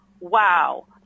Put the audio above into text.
wow